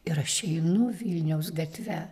ir aš einu vilniaus gatve